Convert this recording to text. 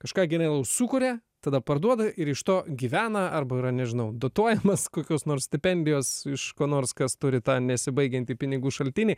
kažką genialaus sukuria tada parduoda ir iš to gyvena arba yra nežinau dotuojamas kokios nors stipendijos iš ko nors kas turi tą nesibaigiantį pinigų šaltinį